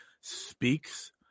speaks